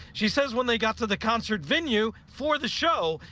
she says when they got to the concert venue for the show,